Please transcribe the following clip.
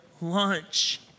lunch